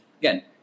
again